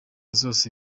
zose